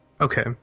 Okay